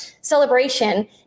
celebration